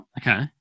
Okay